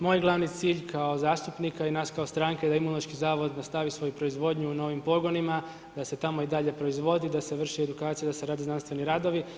Moj glavni cilj kao zastupnika i nas kao stranke da Imunološki zavod nastavi svoju proizvodnju u novim pogonima, da se tamo i dalje proizvodi, da se vrše edukacije, da se rade znanstveni radovi.